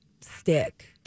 stick